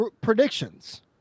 predictions